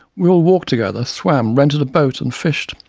we all walked together, swam, rented a boat and fished,